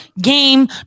game